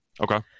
Okay